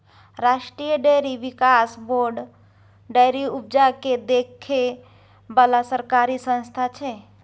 राष्ट्रीय डेयरी बिकास board dairy उपजा केँ देखै बला सरकारी संस्था छै